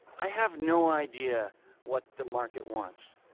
i have no idea what the market wants.